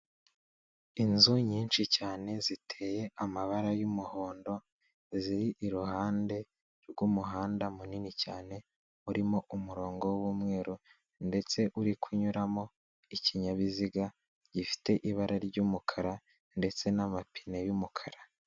Inzu nyinshi cyane ziteye amabara y'umuhondo, ziri iruhande rw'umuhanda munini cyane urimo umurongo w'umweru ndetse uri kunyuramo ikinyabiziga gifite ibara ry'umukara ndetse n'amapine y'umukara.